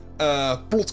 Plot